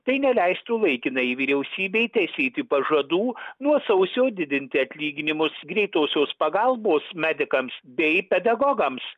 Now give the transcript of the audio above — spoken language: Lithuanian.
tai neleistų laikinajai vyriausybei tesėti pažadų nuo sausio didinti atlyginimus greitosios pagalbos medikams bei pedagogams